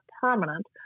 permanent